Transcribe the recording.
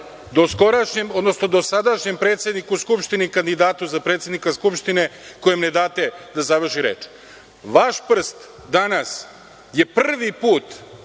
dosadašnjem predsedniku Skupštine i kandidatu za predsednika Skupštine, kojem ne date da završi reč. Vaš prst danas je prvi put